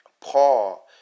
Paul